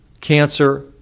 cancer